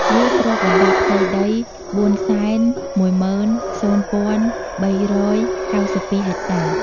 វាគ្របដណ្តប់ផ្ទៃដី ៤១០ ៣៩២ ហិចតា។